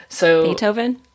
Beethoven